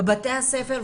בבתי הספר,